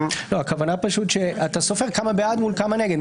הכוונה שאתה סופר כמה בעד מול כמה נגד.